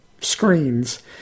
screens